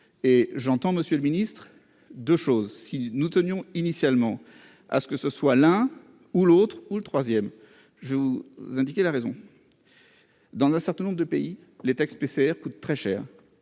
et j'entends monsieur le Ministre de choses si nous tenions initialement à ce que ce soit l'un ou l'autre ou le 3ème, je vous indiquer la raison dans un certain nombre de pays, les tests PCR coûte très cher,